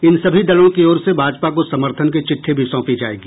इन सभी दलों की ओर से भाजपा को समर्थन की चिट्ठी भी सौंपी जायेगी